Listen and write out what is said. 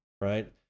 right